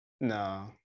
No